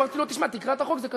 אמרתי לו: תקרא את החוק, זה כתוב.